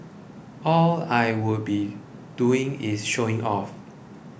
all I would be doing is showing off